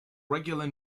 regular